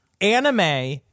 anime